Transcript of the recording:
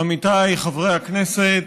עמיתיי חברי הכנסת,